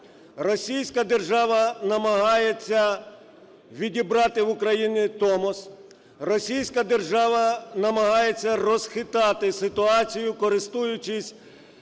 Російська держава намагається відібрати в України Томос, Російська держава намагається розхитати ситуацію, користуючись